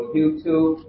YouTube